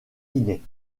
guinée